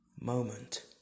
Moment